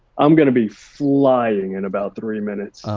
i'm gonna be flying in about three minutes.